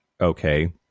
okay